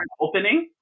opening